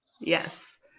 Yes